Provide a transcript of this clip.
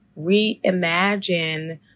reimagine